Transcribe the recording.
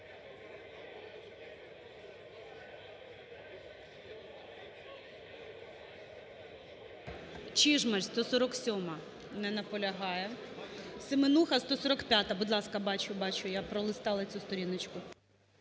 Чижмарь, 147-а. Не наполягає. Семенуха, 145-а. Будь ласка. Бачу, бачу я. Пролистала цю сторіночку.